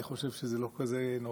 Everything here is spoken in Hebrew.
אני חושב שזה לא כזה נורא,